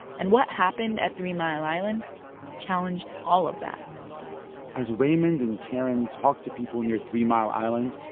and what happened at three mile island challenged all of that as raymond and karen talked to people near three mile island,